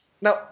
Now